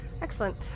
excellent